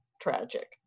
tragic